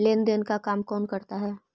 लेन देन का काम कौन करता है?